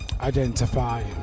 identify